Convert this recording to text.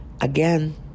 again